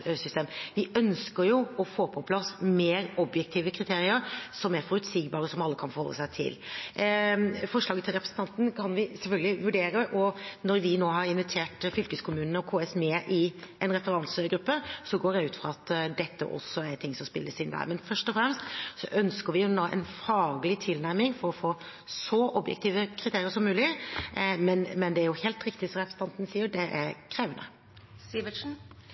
Vi ønsker jo å få på plass mer objektive kriterier som er forutsigbare, og som alle kan forholde seg til. Forslaget til representanten Sivertsen kan vi selvfølgelig vurdere, og når vi nå har invitert fylkeskommunene og KS med i en referansegruppe, går jeg ut fra at dette er ting som også spilles inn der. Først og fremst ønsker vi nå en faglig tilnærming for å få så objektive kriterier som mulig, men det er helt riktig, som representanten sier, at det er